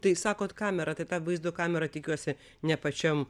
tai sakot kamera tai va vaizdo kamera tikiuosi ne pačiam